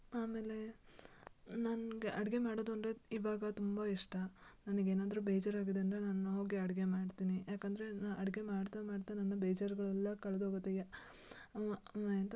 ಆಮೇಲೆ ನನ್ಗೆ ಅಡುಗೆ ಮಾಡೋದು ಅಂದರೆ ಇವಾಗ ತುಂಬ ಇಷ್ಟ ನನಗ್ ಏನಾದರೂ ಬೇಜಾರು ಆಗಿದೆ ಅಂದರೆ ನಾನು ಹೋಗಿ ಅಡುಗೆ ಮಾಡ್ತೀನಿ ಯಾಕಂದರೆ ನಾ ಅಡುಗೆ ಮಾಡ್ತಾ ಮಾಡ್ತಾ ನನ್ನ ಬೇಜಾರುಗಳೆಲ್ಲ ಕಳ್ದೋಗುತ್ತೆ ಈಗ ಇದು